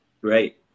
Great